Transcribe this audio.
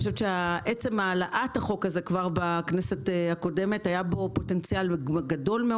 שבעצם העלאת החוק הזה כבר בכנסת הקודמת היה פוטנציאל גדול.